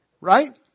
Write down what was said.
Right